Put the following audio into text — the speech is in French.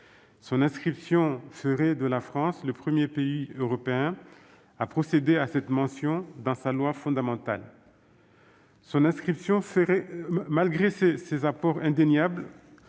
Son inscription ferait de la France le premier pays européen à procéder à cette mention dans sa loi fondamentale. Malgré ces apports indéniables,